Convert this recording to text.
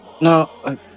No